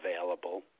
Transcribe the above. available